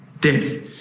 death